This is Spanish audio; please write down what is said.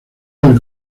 del